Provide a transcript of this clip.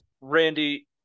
Randy